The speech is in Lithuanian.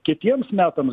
kitiems metams